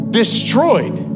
destroyed